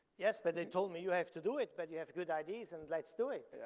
yes, but they told me you have to do it, but you have good ideas and let's do it.